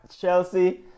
Chelsea